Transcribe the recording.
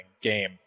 game